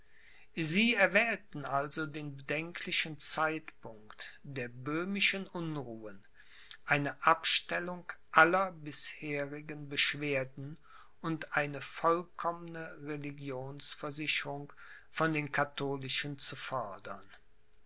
sie erwählten also den bedenklichen zeitpunkt der böhmischen unruhen eine abstellung aller bisherigen beschwerden und eine vollkommene religionsversicherung von den katholischen zu fordern